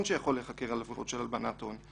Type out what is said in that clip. שיכול להיחקר על עבירות של הלבנת הון,